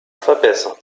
verbessern